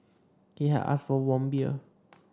he had asked for warm beer